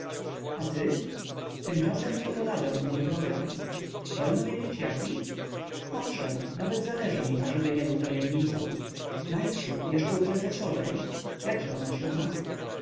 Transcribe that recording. a ty tymczasem przeprowadzam mój program wolno wiedzieć jaki owszem nawet zależy mi ażeby nie był tajemnicą najprzód jeszcze u prezesowej jakże ona się ma